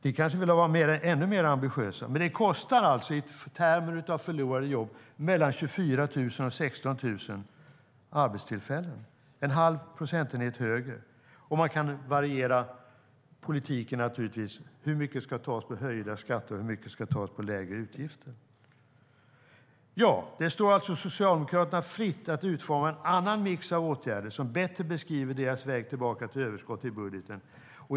Ni kanske vill vara ännu mer ambitiösa, men i termer av förlorade jobb kostar det alltså mellan 16 000 och 24 000 arbetstillfällen - en halv procentenhet högre. Man kan naturligtvis variera politiken. Hur mycket ska tas ur höjda skatter, och hur mycket ska tas ur lägre utgifter? Det står alltså Socialdemokraterna fritt att utforma en annan mix av åtgärder som bättre beskriver deras väg tillbaka till överskott i budgeten.